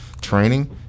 training